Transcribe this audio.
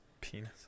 Penis